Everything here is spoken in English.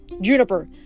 juniper